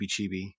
Chibi